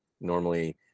Normally